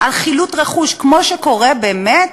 חילוט רכוש, כמו שקורה באמת